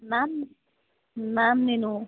ma'am ma'am నేను